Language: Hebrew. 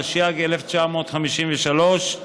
התשי"ג 1953,